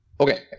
Okay